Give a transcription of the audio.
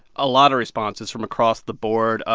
a lot of responses from across the board. ah